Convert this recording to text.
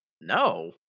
no